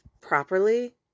properly